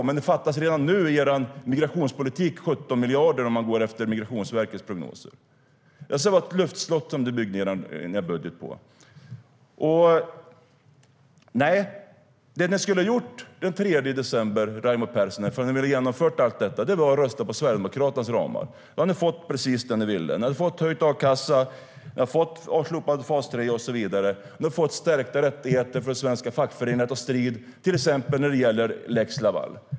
Men det fattades redan 17 miljarder i er migrationspolitik, om man går efter Migrationsverkets prognoser. Ni byggde alltså er budget på ett luftslott. Det ni skulle ha gjort den 3 december, Raimo Pärssinen, om ni ville genomföra allt detta, hade varit att rösta på Sverigedemokraternas ramar. Då hade ni fått precis det ni ville. Ni hade fått höjd a-kassa, slopad fas 3 och så vidare. Ni hade fått stärkta rättigheter för svenska fackföreningar att ta strid, till exempel när det gäller lex Laval.